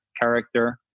character